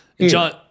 John